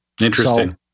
Interesting